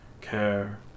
care